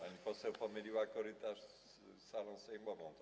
Pani poseł pomyliła korytarz z salą sejmową.